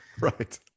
Right